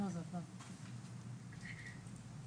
יותר מרבע מכלל התלמידים בחינוך